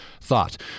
thought